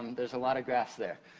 um there's a lot of graphs there.